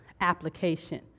application